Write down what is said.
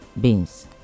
beans